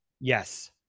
Yes